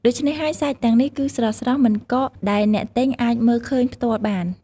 ដូច្នេះហើយ សាច់ទាំងនេះគឺស្រស់ៗ មិនកក ដែលអ្នកទិញអាចមើលឃើញផ្ទាល់បាន។